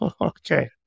Okay